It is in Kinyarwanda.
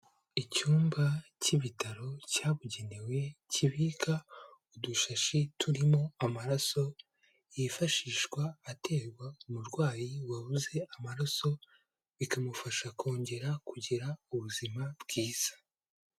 Icyumba cy'ibitaro cyabugenewe kibika udushashi turimo amaraso yifashishwa aterwa umurwayi wabuze amaraso bikamufasha kongera kugira ubuzima bwiza.